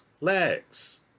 legs